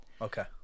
Okay